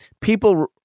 people